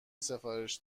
سفارش